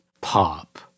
pop